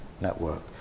network